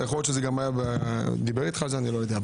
יכול להיות שהוא גם דיבר איתך על זה, אני לא יודע.